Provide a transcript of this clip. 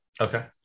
Okay